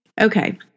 Okay